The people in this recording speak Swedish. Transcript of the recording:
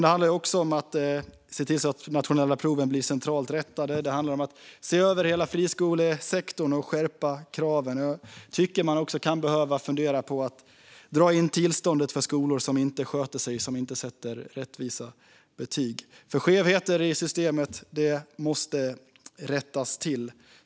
Det handlar också om att de nationella proven ska rättas centralt och om att se över hela friskolesektorn och skärpa kraven. Jag tycker att man också kan behöva fundera på att dra in tillståndet för skolor som inte sätter rättvisa betyg. Skevheter i systemet måste rättas till.